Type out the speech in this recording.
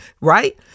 right